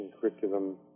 curriculum